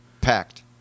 Packed